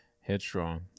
headstrong